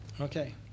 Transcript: Okay